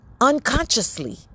unconsciously